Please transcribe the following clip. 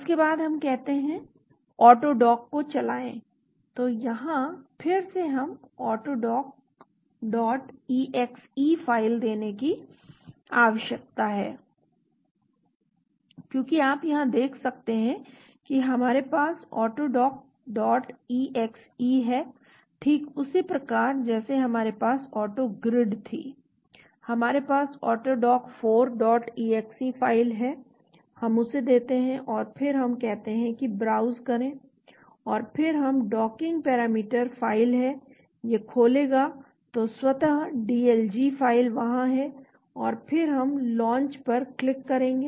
उसके बाद हम कहते हैं AutoDock को चलाएं तो यहाँ फिर से हमें AutoDock exe फ़ाइल देने की आवश्यकता है क्योंकि आप यहाँ देख सकते हैं कि हमारे पास AutoDockexe है ठीक उसी प्रकार जैसे हमारे पास AutoGrid थी हमारे पास AutoDock4 exe फ़ाइल है हम उसे देते हैं और फिर हम कहते हैं कि ब्राउज़ करें और फिर यह डॉकिंग पैरामीटर फ़ाइल है यह खोलेगा तो स्वत DLG फ़ाइल वहां है और फिर हम लॉन्च पर क्लिक करेंगे